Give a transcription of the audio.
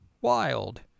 wild